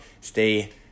stay